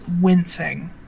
wincing